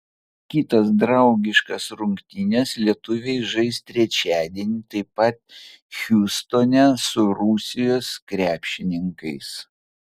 kitas draugiškas rungtynes lietuviai žais trečiadienį taip pat hjustone su rusijos krepšininkais